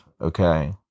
Okay